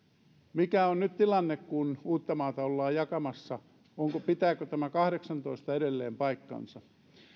mikä on nyt tilanne kun uuttamaata ollaan jakamassa pitääkö tämä kahdeksaantoista edelleen paikkansa